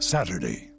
Saturday